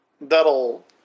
That'll